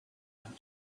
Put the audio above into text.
out